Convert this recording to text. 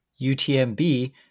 UTMB